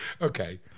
Okay